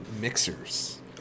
mixers